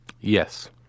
Yes